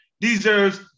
Deserves